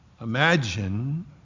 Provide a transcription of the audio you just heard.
imagine